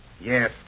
Yes